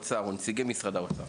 נציגי משרד האוצר.